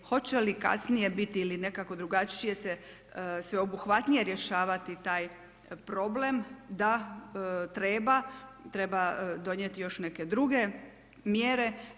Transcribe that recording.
Hoće li kasnije biti ili nekako drugačije se sveobuhvatnije se rješavati taj problem da treba, treba donijeti još neke druge mjere.